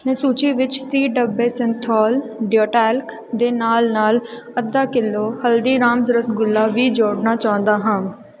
ਮੈਂ ਸੂਚੀ ਵਿੱਚ ਤੀਹ ਡੱਬੇ ਸਿੰਥੋਲ ਡੀਓ ਟੈਲਕ ਦੇ ਨਾਲ ਨਾਲ ਅੱਧਾ ਕਿਲੋ ਹਲਦੀਰਾਮਸ ਰਸਗੁੱਲਾ ਵੀ ਜੋੜਨਾ ਚਾਹੁੰਦਾ ਹਾਂ